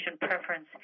preference